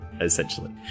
essentially